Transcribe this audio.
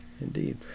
Indeed